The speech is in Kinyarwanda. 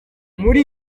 muri